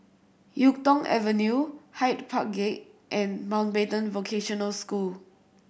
Yuk Tong Avenue Hyde Park Gate and Mountbatten Vocational School